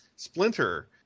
Splinter